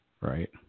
Right